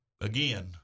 again